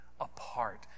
Apart